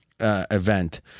Event